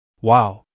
Wow